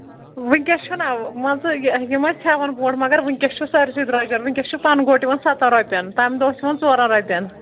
وٕنکٮ۪س چھُنا مان ژٕ یِم اَسہِ ہٮ۪وَان برونٛٹھ مگر وٕنکٮ۪س چھُ سٲرسٕے رَجر وٕنکٮ۪س چھُ تَنہٕ گوٹ یِوَان سَتَن رۄپیَن تَمہِ دۄہ چھِ یِوَان ژورَن رۄپیَن